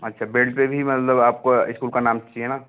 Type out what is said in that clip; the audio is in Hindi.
अच्छा बेल्ट पर भी मतलब आपको इस्कूल का नाम चाहिए न